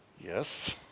Yes